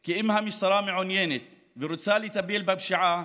כי אם המשטרה מעוניינת ורוצה לטפל בפשיעה,